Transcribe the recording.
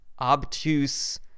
obtuse